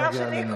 דבר שני,